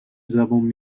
زبون